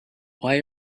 why